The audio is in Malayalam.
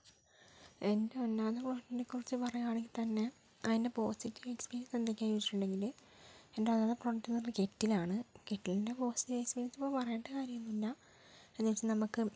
എൻ്റെ ഒന്നാമത്തെ പ്രൊഡക്റ്റിനെ കുറിച്ച് പറയുകയാണെങ്കിൽ തന്നെ അതിൻ്റെ പോസിറ്റീവ് എക്സ്പീരിയൻസ് എന്തൊക്കെയാണ് ചോദിച്ചിട്ടുണ്ടെങ്കിൽ എൻ്റെ ആക പ്രോഡക്റ്റ് എന്ന് പറയുന്നത് കെറ്റിലാണ് കെറ്റിലിൻ്റെ പോസിറ്റീവ് എക്സ്പീരിയൻസ് ഇപ്പം പറയണ്ട കാര്യമൊന്നുമില്ല എന്ന് വെച്ചാൽ നമുക്ക്